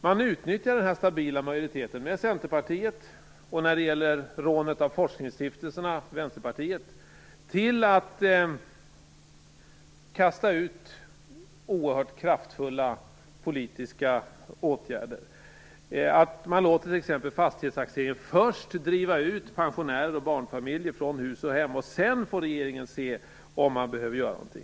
Man utnyttjar den stabila majoriteten med Centerpartiet - och när det gäller rånet av forskningsstiftelserna Vänsterpartiet - till att kasta ut oerhört kraftfulla politiska åtgärder. Man låter t.ex. fastighetstaxeringen först driva ut pensionärer och barnfamiljer från hus och hem, och sedan får regeringen se om man behöver göra någonting.